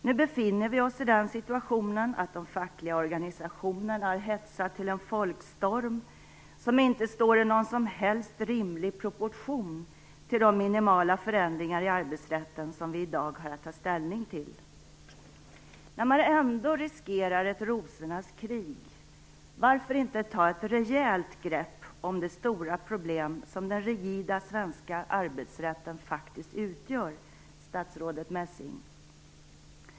Nu befinner vi oss i den situationen att de fackliga organisationerna har hetsat till en folkstorm som inte står i någon som helst rimlig proportion till de minimala förändringar i arbetsrätten som vi i dag har att ta ställning till. När man ändå riskerar ett rosornas krig - varför inte ta ett rejält grepp om det stora problem som den rigida svenska arbetsrätten faktiskt utgör, statsrådet Messing?